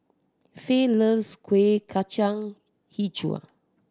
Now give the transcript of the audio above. fayette loves Kuih Kacang Hijau